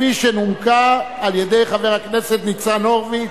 שנומקה על-ידי חבר הכנסת ניצן הורוביץ.